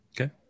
Okay